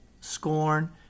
scorn